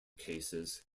cases